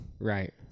Right